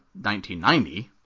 1990